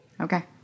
okay